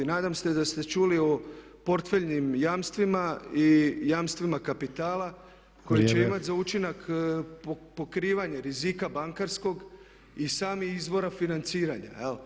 I nadam se da ste čuli o portfeljnim jamstvima i jamstvima kapitala koje će imati za učinak pokrivanje rizika bankarskog i samog izvora financiranja.